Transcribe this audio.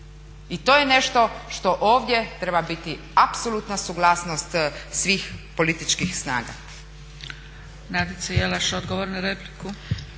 I to je nešto što ovdje treba biti apsolutna suglasnost svih političkih snaga.